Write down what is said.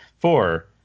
Four